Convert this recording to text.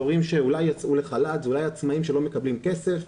הורים שאולי יצאו לחל"ת ואולי עצמאים שלא מקבלים כסף,